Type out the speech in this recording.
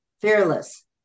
fearless